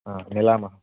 हा मिलामः